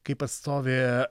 kaip atstovi